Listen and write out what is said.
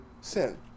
sin